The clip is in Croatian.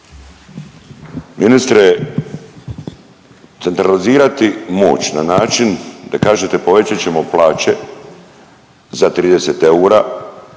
Ministre centralizirati moć na način da kažete povećat ćemo plaće za 30 eura